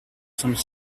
some